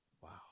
Wow